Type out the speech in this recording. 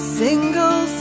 single